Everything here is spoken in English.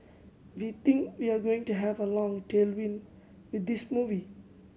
we think we are going to have a long tailwind with this movie